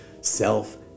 self